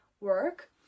work